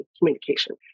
communication